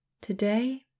Today